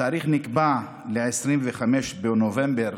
התאריך נקבע ל-25 בנובמבר,